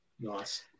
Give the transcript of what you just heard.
Nice